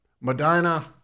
Medina